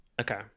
Okay